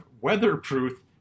weatherproof